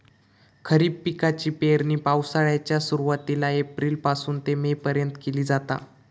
खरीप पिकाची पेरणी पावसाळ्याच्या सुरुवातीला एप्रिल पासून ते मे पर्यंत केली जाता